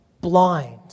blind